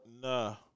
No